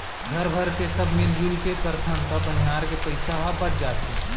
घर भरके सब मिरजुल के करथन त बनिहार के पइसा ह बच जाथे